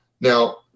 Now